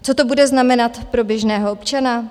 Co to bude znamenat pro běžného občana?